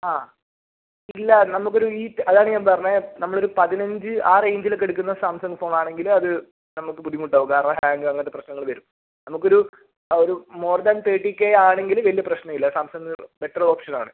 ആ ഇല്ല നമുക്കൊരു ഈ അതാണ് ഞാൻ പറഞ്ഞത് നമ്മളൊരു പതിനഞ്ച് ആ റേഞ്ചിലൊക്കെ എടുക്കുന്ന സാംസങ്ങ് ഫോണാണെങ്കിൽ അത് നമുക്ക് ബുദ്ധിമുട്ടാകും കാരണം ഹാങ്ങാകും അങ്ങനത്തെ പ്രശനങ്ങൾ വരും നമുക്കൊരു ഒരു മോർ ദാൻ തേട്ടി കേ ആണെങ്കിൽ വലിയ പ്രശ്നമില്ല സാംസങ്ങ് ബെറ്റർ ഓപ്ഷൻ ആണ്